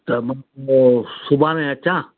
त मना सुभाणे अचां